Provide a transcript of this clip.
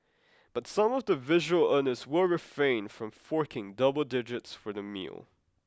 but some of the visual earners will refrain from forking double digits for the meal